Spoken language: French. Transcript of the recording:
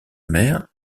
mer